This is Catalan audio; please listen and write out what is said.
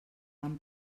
han